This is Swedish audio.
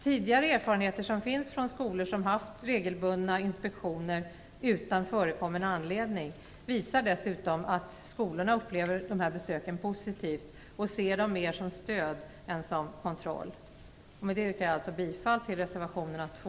Tidigare erfarenheter från skolor som har haft regelbundna inspektioner utan förekommen anledning visar dessutom att skolorna upplever besöken positivt och ser dem mer som stöd än som kontroll. Med detta yrkar jag bifall till reservationerna 2